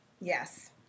yes